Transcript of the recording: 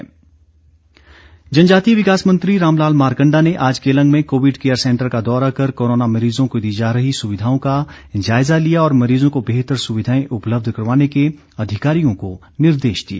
मारकण्डा जनजातीय विकास मंत्री रामलाल मारकण्डा ने आज केलंग में कोविड केयर सैंटर का दौरा कर कोरोना मरीजों को दी जा रही सुविधाओं का जायज़ा लिया और मरीज़ों को बेहतर सुविधाएं उपलब्ध करवाने के अधिकारियों को निर्देश दिए